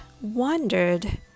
wondered